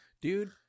dude